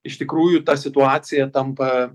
iš tikrųjų ta situacija tampa